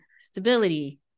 stability